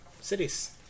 Cities